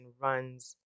runs